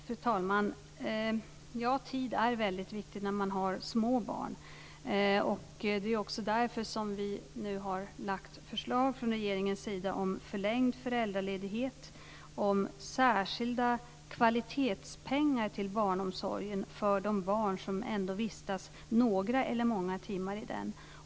Fru talman! Tid är väldigt viktigt när man har små barn. Det är också därför som vi nu har lagt fram förslag från regeringens sida om förlängd föräldraledighet och om särskilda kvalitetspengar till barnomsorgen för de barn som ändå vistas några eller många timmar i den.